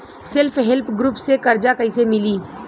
Self help group से कर्जा कईसे मिली?